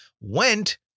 went